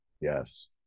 Yes